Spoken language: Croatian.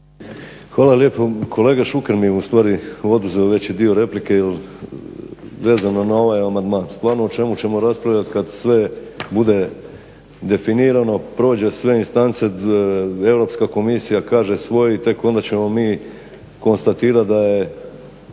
Hvala lijepo. Kolega Šuker mi je ustvari oduzeo veći dio replike jer vezano za ovaj amandman. Stvarno o čemu ćemo raspravljati kada sve bude definirano, prođe sve instance, EU komisija kaže svoje i tek onda ćemo mi konstatirati da je